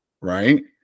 right